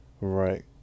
right